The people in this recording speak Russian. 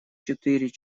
четыре